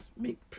make